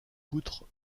poutre